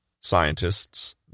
Scientists